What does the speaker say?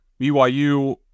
BYU